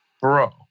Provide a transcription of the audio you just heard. bro